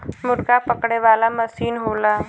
मुरगा पकड़े वाला मसीन होला